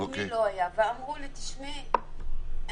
ואמרו לי: תשמעי,